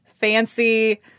fancy